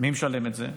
מי משלם את זה?